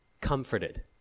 comforted